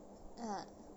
uh